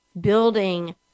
building